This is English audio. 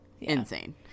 insane